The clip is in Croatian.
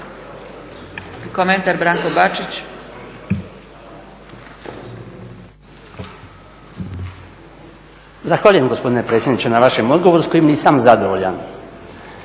Komentar, Branko Bačić.